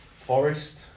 Forest